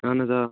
اہن حظ آ